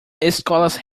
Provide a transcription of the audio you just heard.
escolas